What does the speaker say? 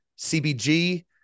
CBG